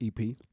EP